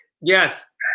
Yes